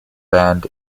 band